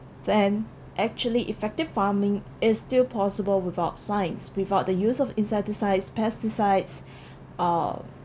then actually effective farming is still possible without science without the use of insecticides pesticides uh